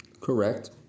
Correct